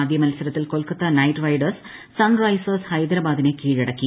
ആദ്യ മത്സരത്തിൽ Kolkata Knight Riders Sunrisers ഹൈദരാബാദിനെ കീഴടക്കി